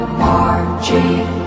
marching